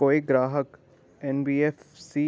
कोई ग्राहक एन.बी.एफ.सी